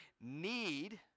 need